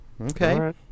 Okay